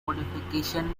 modification